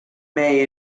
may